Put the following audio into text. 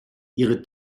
ihre